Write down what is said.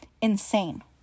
Insane